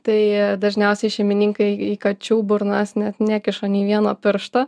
tai dažniausiai šeimininkai į kačių burnas net nekiša nei vieno piršto